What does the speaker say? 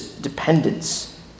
dependence